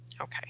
Okay